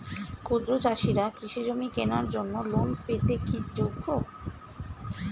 ক্ষুদ্র চাষিরা কৃষিজমি কেনার জন্য লোন পেতে কি যোগ্য?